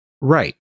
right